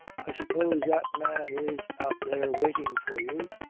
i suppose that man is out there waiting for you.